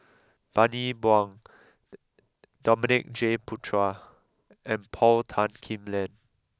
Bani Buang Dominic J Puthucheary and Paul Tan Kim Liang